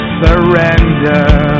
surrender